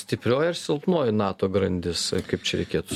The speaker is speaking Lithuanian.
stiprioji silpnoji nato grandis kaip čia reikėtų